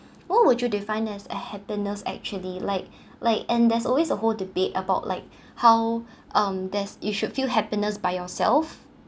what would you define as a happiness actually like like and there's always a whole debate about like how um there's you should feel happiness by yourself